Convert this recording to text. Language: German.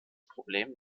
problem